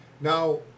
Now